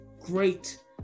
great